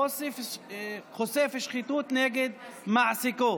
חושף שחיתות נגד מעסיקו),